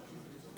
שזה יורד.